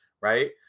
right